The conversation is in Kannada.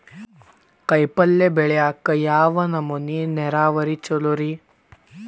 ಕಾಯಿಪಲ್ಯ ಬೆಳಿಯಾಕ ಯಾವ್ ನಮೂನಿ ನೇರಾವರಿ ಛಲೋ ರಿ?